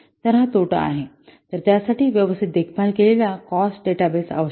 तर यासाठी व्यवस्थित देखभाल केलेला कॉस्ट डेटाबेस आवश्यक आहे